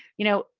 you know,